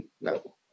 No